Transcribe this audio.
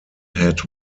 had